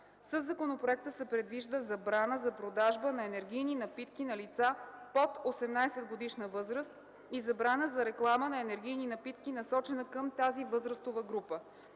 Със законопроекта се предвижда забрана за продажбата на енергийни напитки на лица под 18-годишна възраст и забрана за реклама на енергийни напитки, насочена към тази възрастова група.